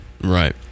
right